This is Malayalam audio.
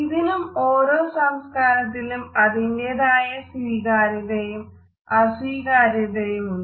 ഇതിനും ഓരോ സംസ്കാരത്തിലും അതിന്റേതായ സ്വീകാര്യതയും അസ്വീകാ ര്യതയുമുണ്ട്